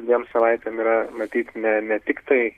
dviem savaitėm yra matyt ne ne tiktai